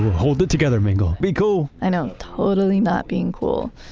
hold it together, mingle. be cool! i know, i'm totally not being cool,